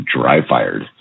dry-fired